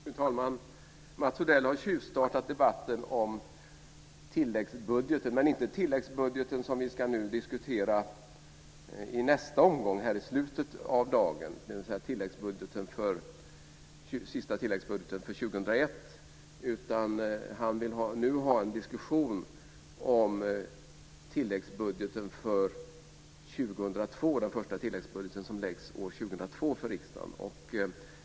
Fru talman! Mats Odell har tjuvstartat debatten om tilläggsbudgeten, men inte den tilläggsbudget som vi ska diskutera här i slutet av dagen, dvs. sista tilläggsbudgeten för 2001, utan han vill nu ha en diskussion om den första tilläggsbudget som läggs fram år 2002 för riksdagen.